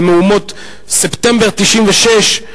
במהומות ספטמבר 1996,